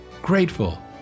grateful